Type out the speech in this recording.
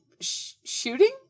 shooting